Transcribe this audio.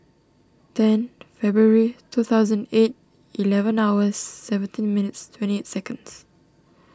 ten February two thousand eight eleven hours seventeen minutes twenty eight seconds